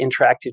interactive